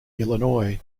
illinois